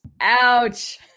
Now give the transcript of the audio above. Ouch